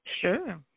Sure